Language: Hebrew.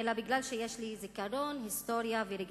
אלא בגלל שיש לי זיכרון, היסטוריה ורגשות.